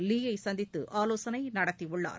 லீயைசந்தித்துஆலோசனைநடத்தியுள்ளார்